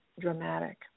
dramatic